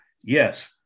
yes